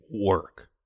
work